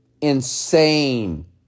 insane